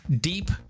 deep